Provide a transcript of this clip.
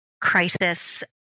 crisis